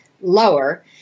lower